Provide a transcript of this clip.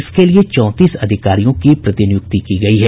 इसके लिए चौंतीस अधिकारियों की प्रतिनियुक्ति की गयी है